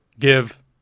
Give